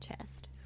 chest